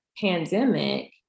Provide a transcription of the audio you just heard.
pandemic